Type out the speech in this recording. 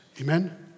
Amen